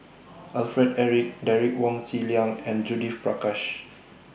Alfred Eric Derek Wong Zi Liang and Judith Prakash